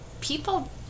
people